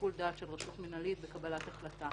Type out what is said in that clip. בשיקול דעת של רשות מנהלית וקבלת החלטה.